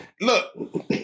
Look